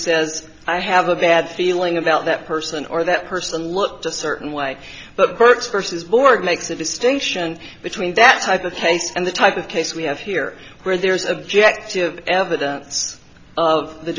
says i have a bad feeling about that person or that person looked a certain way but courts versus board makes a distinction between that type of case and the type of case we have here where there's objective evidence of the